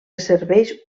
serveix